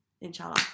inshallah